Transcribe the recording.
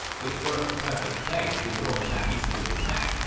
which was the perfect place to launch an eastward attack,